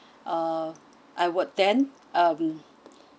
uh I would then um